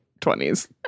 20s